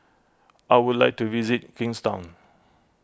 I would like to visit Kingstown